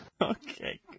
Okay